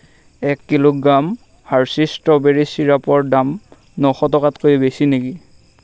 এক kilogram Hershey's strawberry চিৰাপৰ দাম নশ টকাতকৈ বেছি নেকি